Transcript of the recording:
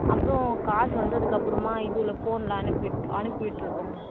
அப்புறம் காசு வந்ததுக்கப்புறமா இதில் ஃபோனில் அனுப்பி விட்டுடறோம்